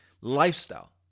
lifestyle